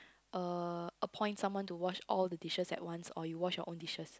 uh appoint someone to wash all the dishes at once or you wash your own dishes